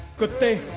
good thing.